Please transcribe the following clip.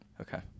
okay